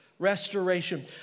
restoration